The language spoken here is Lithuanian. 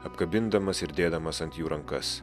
apkabindamas ir dėdamas ant jų rankas